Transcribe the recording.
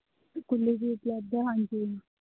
ਕੁਲੀ ਵੀ ਉਪਲੱਬਧ ਹੈ ਹਾਂਜੀ